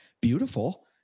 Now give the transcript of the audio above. Beautiful